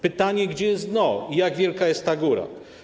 Pytanie, gdzie jest dno i jak wielka jest ta góra.